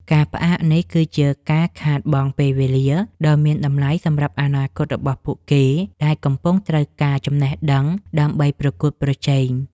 ការផ្អាករៀននេះ គឺជាការខាតបង់ពេលវេលាដ៏មានតម្លៃសម្រាប់អនាគរបស់ពួកគេ ដែលកំពុងត្រូវការចំណេះដឹងដើម្បីប្រកួតប្រជែង។